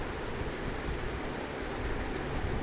ऋण ले बर सरकारी कर्मचारी होना जरूरी हवय का?